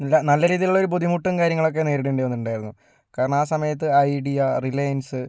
നല്ല രീതീലുള്ള ഒരു ബുദ്ധിമുട്ടും കാര്യങ്ങളൊക്കെ നേരിടേണ്ടി വന്നിട്ടുണ്ടായിരുന്നു കാരണം ആ സമയത്ത് ഐഡിയ റിലൈൻസ്